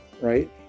right